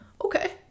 okay